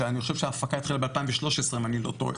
אני חושב שההפקה התחילה ב-2013 אם אני לא טועה,